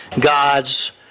God's